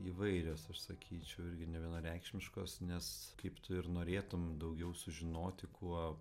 įvairios aš sakyčiau irgi nevienareikšmiškos nes kaip tu ir norėtum daugiau sužinoti kuo